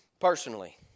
personally